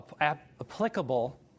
applicable